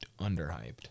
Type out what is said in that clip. underhyped